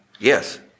Yes